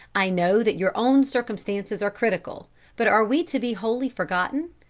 i know that your own circumstances are critical but are we to be wholly forgotten?